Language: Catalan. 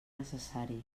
necessari